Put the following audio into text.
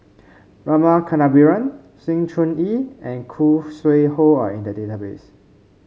Rama Kannabiran Sng Choon Yee and Khoo Sui Hoe are in the database